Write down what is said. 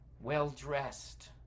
well-dressed